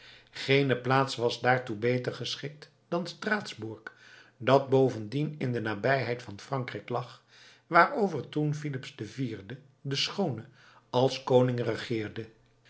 geene plaats was daartoe beter geschikt dan straatsburg dat bovendien in de nabijheid van frankrijk lag waarover toen filips iv de schoone als koning regeerde